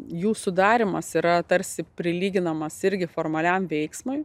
jų sudarymas yra tarsi prilyginamas irgi formaliam veiksmui